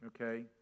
okay